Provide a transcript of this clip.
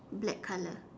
black colour